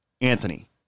Anthony